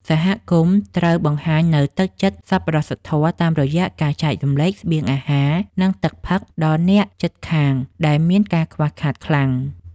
សហគមន៍ត្រូវបង្ហាញនូវទឹកចិត្តសប្បុរសធម៌តាមរយៈការចែករំលែកស្បៀងអាហារ និងទឹកផឹកដល់អ្នកជិតខាងដែលមានការខ្វះខាតខ្លាំង។